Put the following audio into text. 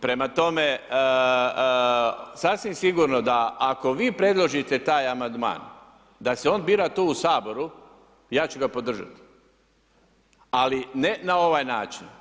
Prema tome, sasvim sigurno da ako vi predložite taj amandman da se on bira tu u Saboru, ja ću ga podržati ali ne na ovaj način.